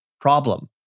problem